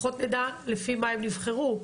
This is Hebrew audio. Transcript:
לפחות נדע לפי מה הן נבחרו.